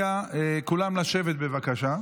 כולם לשבת, בבקשה.